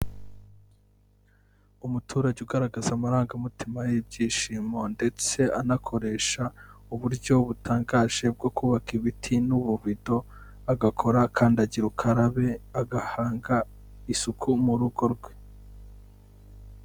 Umuturage ugaragaza amarangamutima y'ibyishimo ndetse anakoresha uburyo butangaje bwo kubaka ibiti n'ububido agakora kandagira ukarabe agahanga isuku mu rugo rwe.